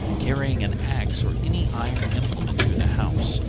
carry an axe or any iron implement through the house,